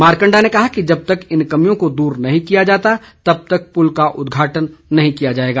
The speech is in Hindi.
मारकंडा ने कहा कि जब तक इन कमियों को दूर नहीं किया जाता तब तक पुल का उदघाटन नहीं किया जाएगा